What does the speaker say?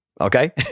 Okay